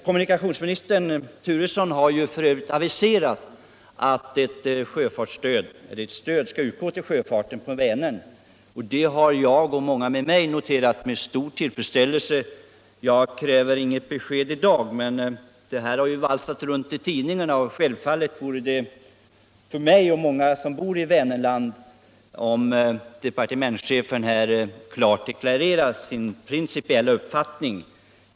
Kommunikationsminister Turesson har f. ö. aviserat att stöd skall utgå till sjöfarten på Vänern. Det har jag och många med mig noterat med stor tillfredsställelse. Jag kräver inget besked i dag, men den här frågan har valsat runt i tidningarna, och det vore självfallet bra för mig och för många som bor i Vänerland om departementschefen klart deklarerar sin principiella uppfattning.